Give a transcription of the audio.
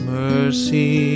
mercy